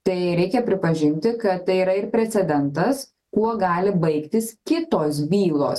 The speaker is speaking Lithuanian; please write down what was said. tai reikia pripažinti kad tai yra ir precedentas kuo gali baigtis kitos bylos